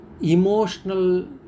emotional